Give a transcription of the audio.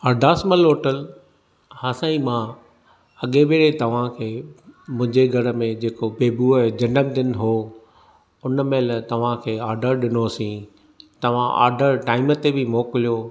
Ardasmal hotel हां साईं मां अॻे भेरे तव्हां खे मुंहिंजे घर में जेको बेबूअ जो जनमु ॾींहुं हो हुन में तव्हां खे ऑडरु ॾिनोसीं तव्हां ऑडरु टाइम ते बि मोकिलियो